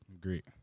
Great